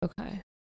Okay